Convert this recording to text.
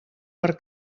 per